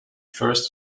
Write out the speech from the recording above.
first